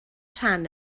rhan